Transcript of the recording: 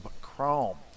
Chrome